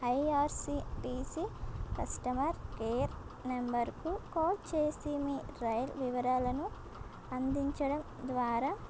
IRCTC customer care నెంబర్కు call చేసి మీ రైల్ వివరాలను అందించడం ద్వారా